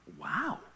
wow